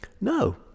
no